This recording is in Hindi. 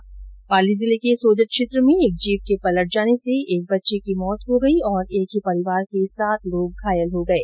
उधर पाली जिले के सोजत क्षेत्र में एक जीप के पलट जाने से एक बच्ची की मौत हो गई और एक ही परिवार के सात लोग घायल हो गये